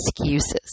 excuses